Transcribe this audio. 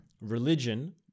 Religion